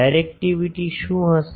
directivity શું હશે